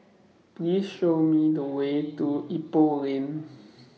Please Show Me The Way to Ipoh Lane